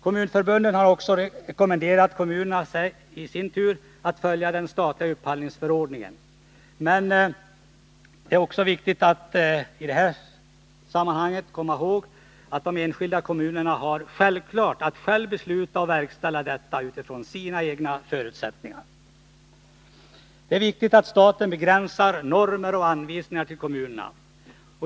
Kommunförbunden har också i sin tur rekommenderat kommunerna att följa den statliga upphandlingsförordningen, men det är också viktigt att komma ihåg att de enskilda kommunerna självfallet har att själva besluta och verkställa i dessa frågor utifrån sina egna förutsättningar. Det är viktigt att staten begränsar normer och anvisningar till kommunerna.